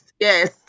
yes